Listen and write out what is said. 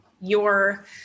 your-